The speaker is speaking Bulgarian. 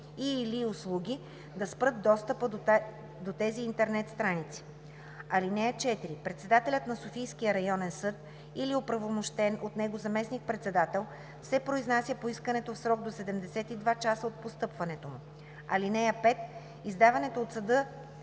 и/или услуги, да спрат достъпа до тези интернет страници. (4) Председателят на Софийския районен съд или оправомощен от него заместник-председател се произнася по искането в срок до 72 часа от постъпването му; (5) Издаденото от съда